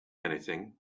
anything